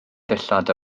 ddillad